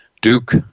Duke